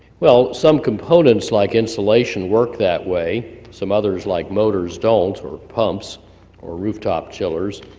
well, some components like insulation work that way. some others like motors don't or pumps or rooftop chillers,